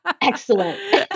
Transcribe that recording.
Excellent